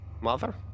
Mother